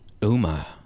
Uma